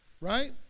right